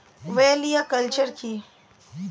ওলেরিয়া কালচার কি?